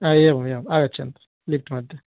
हा एवमेवम् आगच्छन्तु लिफ़्ट्मध्ये